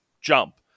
jump